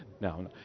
No